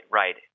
right